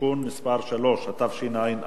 (תיקון מס' 3), התשע"א